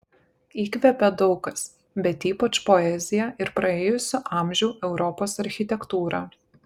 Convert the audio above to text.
įkvepia daug kas bet ypač poezija ir praėjusių amžių europos architektūra